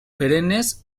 perennes